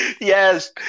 Yes